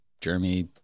Jeremy